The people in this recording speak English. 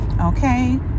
okay